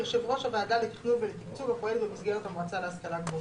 יושב ראש הוועדה לתכנון ולתקצוב הפועלת במסגרת המועצה להשכלה גבוהה,